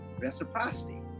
reciprocity